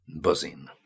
buzzing